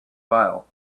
file